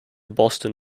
boston